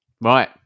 right